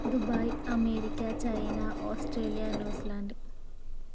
Dubai America China Australia New Zealand